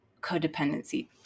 codependency